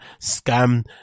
scam